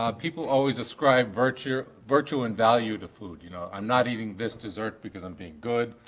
um people always ascribe virtue virtue and value to food, you know. i'm not eating this dessert because i'm being good.